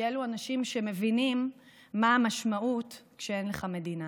כי אלו אנשים שמבינים מה המשמעות שאין לך מדינה.